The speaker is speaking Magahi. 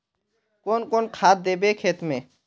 कौन कौन खाद देवे खेत में?